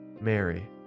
Mary